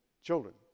children